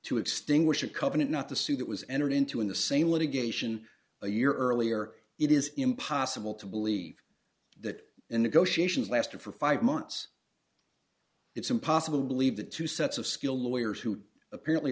to extinguish a covenant not to sue that was entered into in the same litigation a year earlier it is impossible to believe that the negotiations lasted for five months it's impossible to believe the two sets of skill lawyers who apparently